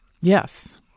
Yes